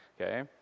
Okay